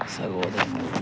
സഹോദരങ്ങൾ